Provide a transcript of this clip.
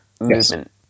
movement